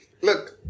Look